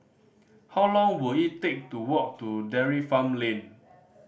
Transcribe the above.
how long will it take to walk to Dairy Farm Lane